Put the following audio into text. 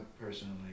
personally